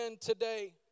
today